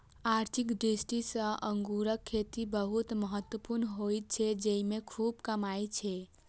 आर्थिक दृष्टि सं अंगूरक खेती बहुत महत्वपूर्ण होइ छै, जेइमे खूब कमाई छै